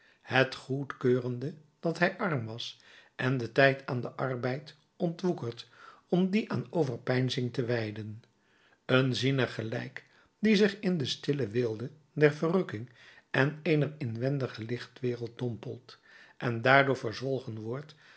het goedkeurende dat hij arm was en den tijd aan den arbeid ontwoekerend om dien aan overpeinzing te wijden een ziener gelijk die zich in de stille weelde der verrukking en eener inwendige lichtwereld dompelt en daardoor verzwolgen wordt